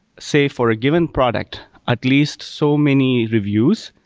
say, for a given product, at least so many reviews,